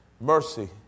Mercy